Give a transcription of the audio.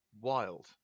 wild